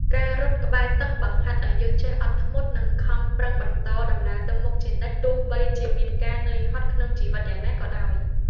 ការរត់ក្បែរទឹកបង្ហាត់ឱ្យយើងចេះអត់ធ្មត់ និងខំប្រឹងបន្តដំណើរទៅមុខជានិច្ច ទោះបីជាមានការនឿយហត់ក្នុងជីវិតយ៉ាងណាក៏ដោយ។